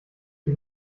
die